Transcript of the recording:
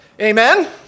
Amen